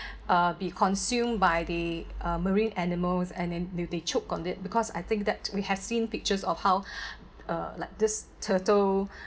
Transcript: uh be consumed by the uh marine animals and they they choke on it because I think that we have seen pictures of how uh like this turtle